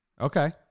Okay